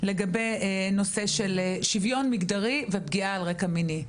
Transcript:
לגבי נושא של שוויון מגדרי ופגיעה על רקע מיני.